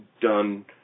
done